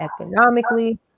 economically